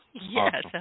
Yes